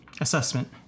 assessment